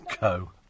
Go